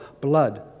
blood